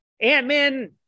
Ant-Man